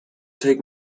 take